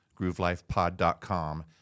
groovelifepod.com